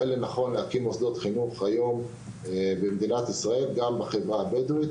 רואה לנכון להקים בתי ספר, גם בחברה הבדואית,